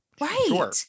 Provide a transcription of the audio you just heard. right